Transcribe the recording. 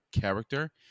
character